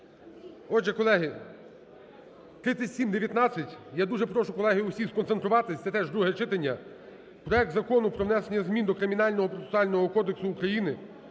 Отже, колеги, 3719. Я дуже прошу, колеги, усіх сконцентруватися, це теж друге читання, проект Закону про внесення змін до Кримінального процесуального кодексу України